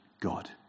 God